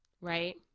right